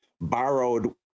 borrowed